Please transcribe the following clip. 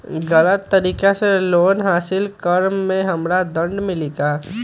गलत तरीका से लोन हासिल कर्म मे हमरा दंड मिली कि?